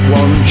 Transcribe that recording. one